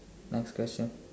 next question